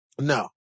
No